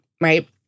right